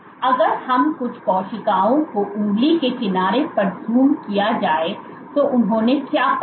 तो अगर हम कुछ कोशिकाओं को उंगली के किनारे पर जूम किया जाए तो उन्होंने क्या पाया